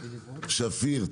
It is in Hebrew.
שפיר,